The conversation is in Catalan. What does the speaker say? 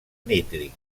nítric